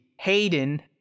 Hayden